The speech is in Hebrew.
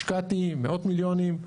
השקעתי מאוד מיליונים,